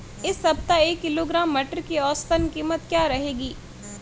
इस सप्ताह एक किलोग्राम मटर की औसतन कीमत क्या रहेगी?